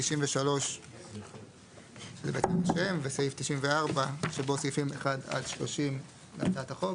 93 וסעיף 94 שבו סעיפים 1 עד 30 להצעת החוק.